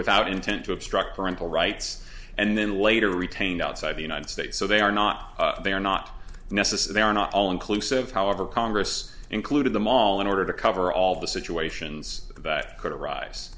without intent to obstruct parental rights and then later retained outside the united states so they are not they are not necessarily all inclusive however congress included the mall in order to cover all the situations that could arise